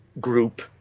group